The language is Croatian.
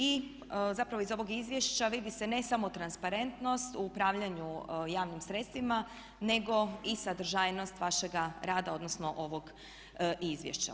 I zapravo iz ovog izvješća vidi se ne samo transparentnost u upravljanju javnim sredstvima, nego i sadržajnost vašega rada, odnosno ovog izvješća.